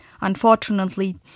unfortunately